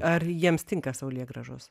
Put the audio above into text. ar jiems tinka saulėgrąžos